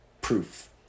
proof